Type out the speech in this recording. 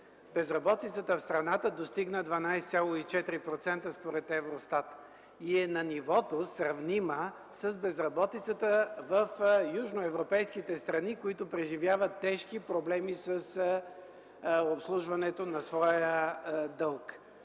Безработицата в страната достигна 12,4% според Евростат и е на нивото, сравнима с безработицата в южноевропейските страни, които преживяват тежки проблеми с обслужването на своя дълг.